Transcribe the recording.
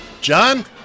John